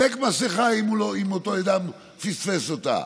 הוא צריך לחלק מסכה אם אותו אדם פספס אותה.